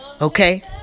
Okay